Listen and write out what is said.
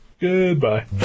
Goodbye